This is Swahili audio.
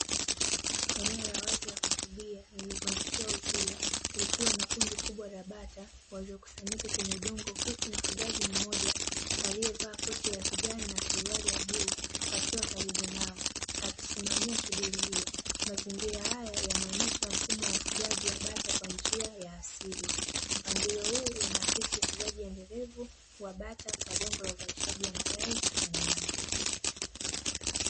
Eneo la wazi la kufugia lililozungushiwa uzio, likiwa na kundi kubwa la bata waliokusanyika kwenye udongo huku mfugaji mmoja aliyevaa koti la kijani na suruali ya bluu, akiwa karibu nao, akisimamia shughuli hiyo. Mazingira hayo yanaonyesha mfumo wa ufugaji wa bata kwa njia ya asili. Mpangilio huu unaakisi ufugaji endelevu wa bata, kwa lengo la uzalishaji wa mayai na nyama.